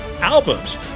albums